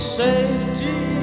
safety